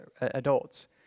adults